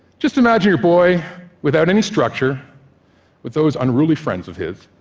just imagine your boy without any structure with those unruly friends of his,